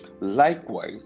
likewise